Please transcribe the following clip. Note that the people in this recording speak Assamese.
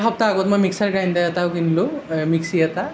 এসপ্তাহৰ আগত মই মিক্সাৰ গ্ৰাইণ্ডাৰ এটাও কিনিলো মিক্সি এটা